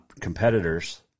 competitors